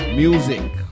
music